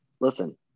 listen